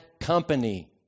company